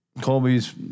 Colby's